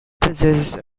possessed